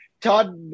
Todd